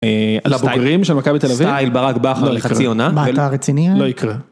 ‫על הבוגרים של מכבי תל אביב? ‫-סטייל בכר לחצי עונה. ‫מה, אתה רציני? ‫-לא יקרה.